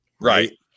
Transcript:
right